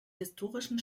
historischen